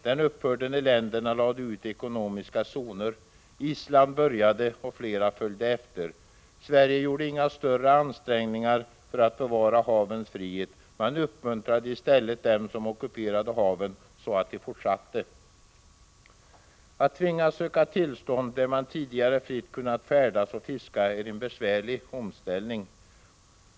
Den upphörde när länderna lade ut ekonomiska zoner. Island började och flera följde efter. Sverige gjorde inga större ansträngningar för att bevara havens frihet. Man uppmuntrade i stället dem som ockuperade haven så att de fortsatte. Att tvingas söka tillstånd där man tidigare fritt kunnat färdas och fiska är en besvärlig omställning.